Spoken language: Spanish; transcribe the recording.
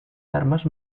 armas